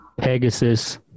Pegasus